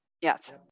Yes